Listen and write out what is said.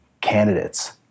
candidates